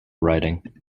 writing